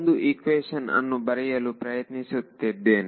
ಒಂದು ಈಕ್ವೇಶನ್ ಅನ್ನು ಬರೆಯಲು ಪ್ರಯತ್ನಿಸುತ್ತೇನೆ